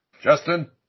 Justin